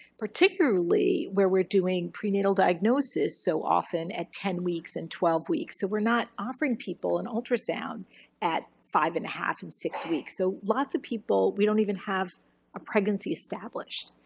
particularly where we're doing prenatal diagnosis so often at ten weeks and twelve weeks. so we're not offering people an ultrasound at five and half and six weeks. so lots of people, we don't even have a pregnancy established.